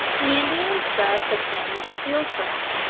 the indians thus obtained the steel trap,